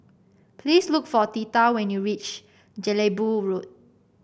please look for Theta when you reach Jelebu Road